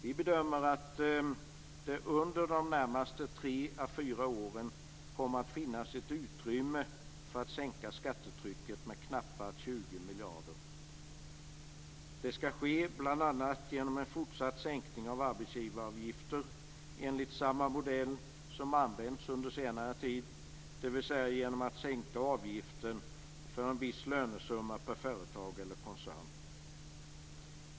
Vi bedömer att det under de närmaste tre à fyra åren kommer att finnas ett utrymme för att sänka skattetrycket med knappt 20 Det skall ske bl.a. genom en fortsatt sänkning av arbetsgivaravgifter enligt den modell som använts under senare tid, dvs. genom att sänka avgiften för en viss lönesumma per företag eller koncern.